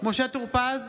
משה טור פז,